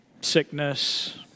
sickness